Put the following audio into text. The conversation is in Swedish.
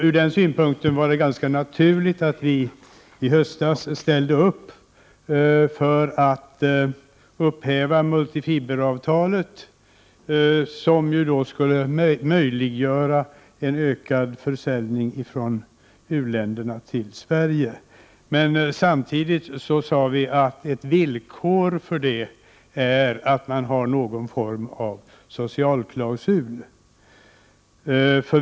Ur den synpunkten var det ganska naturligt att vi i höstas ställde upp för att upphäva multifiberavtalet, vilket skulle möjliggöra en ökad försäljning från u-länderna till Sverige. Samtidigt sade vi dock att villkoret för detta är någon form av socialklausul.